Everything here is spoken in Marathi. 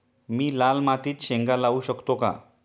मी लाल मातीत शेंगा लावू शकतो का?